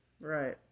Right